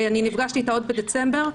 נפגשתי אתה עוד בדצמבר.